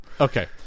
Okay